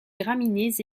graminées